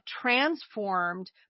transformed